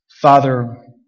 Father